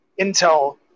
intel